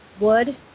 wood